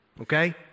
Okay